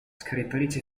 scrittrice